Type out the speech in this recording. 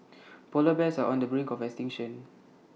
Polar Bears are on the brink of extinction